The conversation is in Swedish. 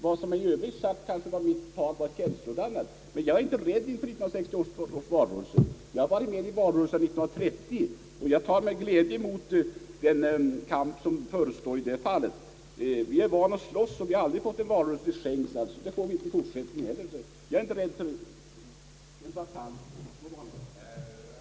Vad som i övrigt sades i mitt tal var kanske känsloladdat, men jag är inte rädd för 1968 års valrörelse. Jag har varit med i valrörelser sedan 1930 och tar med glädje den kamp som förestår. Vi är vana vid att slåss och har aldrig fått några valframgångar till skänks; det får vi inte i fortsättningen heller. Men jag är inte rädd för en batalj.